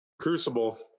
Crucible